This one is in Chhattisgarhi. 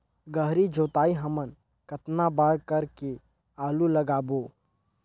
गहरी जोताई हमन कतना बार कर के आलू लगाबो?